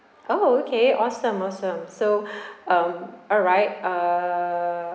oh okay awesome awesome so um alright uh